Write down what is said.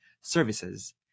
Services